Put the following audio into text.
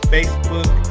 Facebook